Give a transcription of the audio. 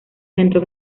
centró